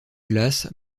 glace